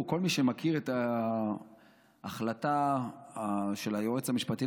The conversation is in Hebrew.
וכל מי שמכיר את ההחלטה של היועץ המשפטי